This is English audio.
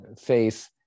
faith